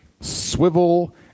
swivel